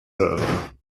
œuvres